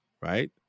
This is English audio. Right